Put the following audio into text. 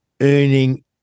earning